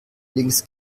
links